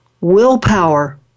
Willpower